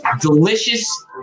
delicious